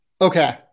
Okay